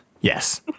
yes